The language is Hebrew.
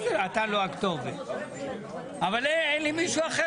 אני יודע שאתה לא הכתובת אבל אין לי מישהו אחר